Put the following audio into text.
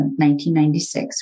1996